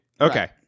Okay